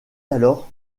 alors